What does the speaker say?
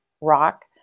rock